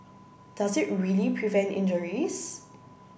does it really prevent injuries